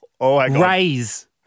raise